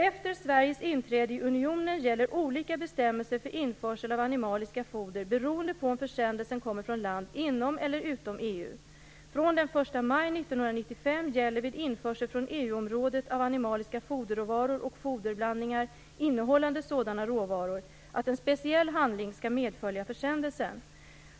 Efter Sveriges inträde i unionen gäller olika bestämmelser för införsel av animaliska foder beroende på om försändelsen kommer från land inom eller utom området av animaliska foderråvaror och foderblandningar innehållande sådana råvaror att en speciell handling skall medfölja försändelsen.